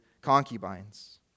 concubines